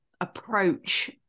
approach